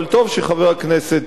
אבל טוב שחבר הכנסת